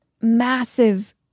massive